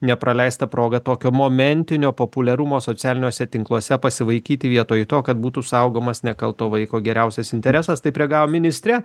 nepraleista proga tokio momentinio populiarumo socialiniuose tinkluose pasivaikyti vietoj to kad būtų saugomas nekalto vaiko geriausias interesas taip reagavo ministrė